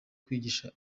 kwigisha